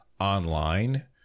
online